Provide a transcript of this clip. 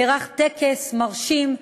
נערך טקס מרשים,